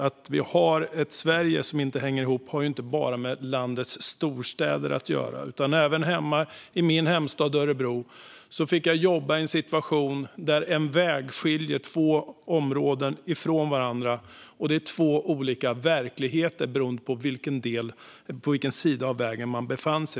Att vi har ett Sverige som inte hänger ihop har inte bara med landets storstäder att göra. Även i min hemstad fick jag jobba i en situation där en väg skiljer två områden från varandra. Det är olika verkligheter beroende på vilken sida av vägen man befinner sig.